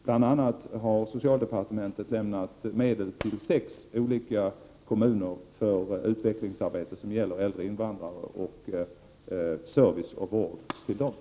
Bl.a. har socialdepartementet beviljat medel till sex olika kommuner för utvecklingsarbete i fråga om service och vård när det gäller äldre invandrare.